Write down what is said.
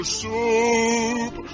soup